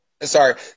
Sorry